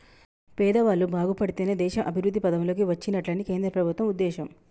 పేదవాళ్ళు బాగుపడితేనే దేశం అభివృద్ధి పథం లోకి వచ్చినట్లని కేంద్ర ప్రభుత్వం ఉద్దేశం